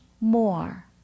more